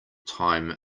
time